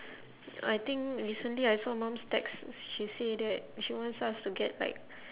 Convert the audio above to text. I think recently I saw mum's text she say that she wants us to get like